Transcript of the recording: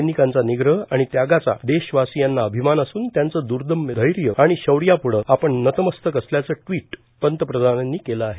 सैनिकांचा निग्रह आणि त्यागाचा देशवासियांना अभिमान असून त्यांचं द्र्दम्य धैर्य आणि शौर्याप्ढे आपण नतमस्तक असल्याचं ट्विट पंतप्रधानांनी केलं आहे